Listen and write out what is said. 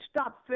stop